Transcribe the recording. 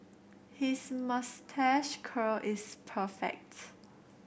his moustache curl is perfects